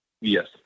Yes